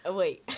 wait